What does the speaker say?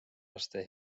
laste